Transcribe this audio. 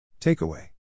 Takeaway